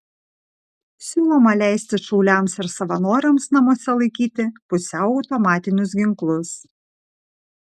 siūloma leisti šauliams ir savanoriams namuose laikyti pusiau automatinius ginklus